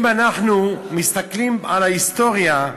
אם אנחנו מסתכלים על ההיסטוריה,